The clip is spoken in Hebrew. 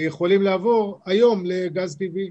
יכולים לעבור היום לגז טבעי.